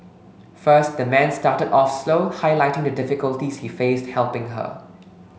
first the man started off slow highlighting the difficulties he faced helping her